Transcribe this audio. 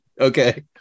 Okay